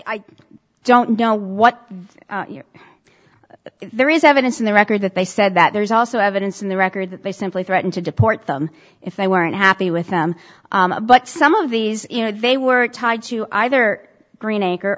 i don't know what but there is evidence in the record that they said that there's also evidence in the record that they simply threatened to deport them if they weren't happy with them but some of these you know they were tied to either green acre